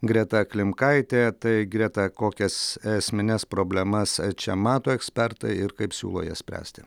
greta klimkaitė tai greta kokias esmines problemas čia mato ekspertai ir kaip siūlo jas spręsti